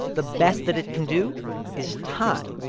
the best that it can do is tie.